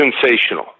sensational